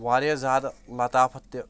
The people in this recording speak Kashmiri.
واریاہ زیادٕ لَطافت تہِ